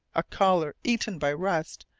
a collar eaten by rust,